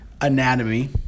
anatomy